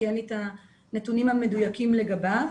כי אין לי הנתונים המדויקים לגביו,